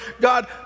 God